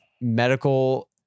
medical